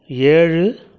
ஏழு